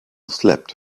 slept